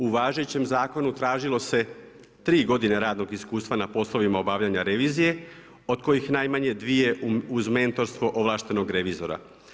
U važećem zakonu tražilo se tri godine radnog iskustva na poslovima obavljanja revizije od kojih najmanje dvije uz mentorstvo ovlaštenog revizora.